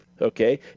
okay